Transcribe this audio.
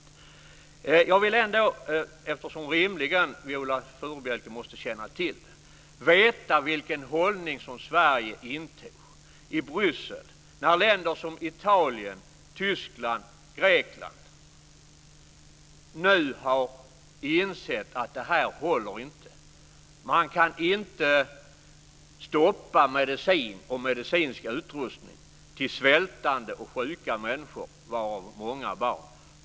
Eftersom Viola Furubjelke rimligen måste känna till det, vill jag veta vilken hållning Sverige intog i Bryssel, när länder som Italien, Tyskland och Grekland nu har insett att det här inte håller, att man inte kan stoppa medicin och medicinsk utrustning till svältande och sjuka människor, varav många barn.